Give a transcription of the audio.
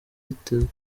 yitezwe